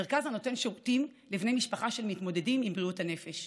מרכז הנותן שירותים לבני משפחה של מתמודדים עם בריאות הנפש,